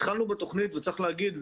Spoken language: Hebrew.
התחלנו בתוכנית וצריך להגיד,